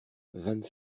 vingt